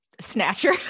Snatcher